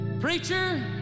preacher